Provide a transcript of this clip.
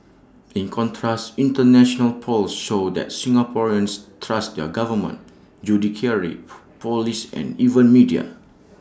in contrast International polls show that Singaporeans trust their government judiciary Police and even media